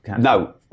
no